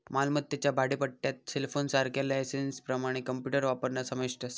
मालमत्तेच्या भाडेपट्ट्यात सेलफोनसारख्या लायसेंसप्रमाण कॉम्प्युटर वापरणा समाविष्ट असा